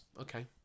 okay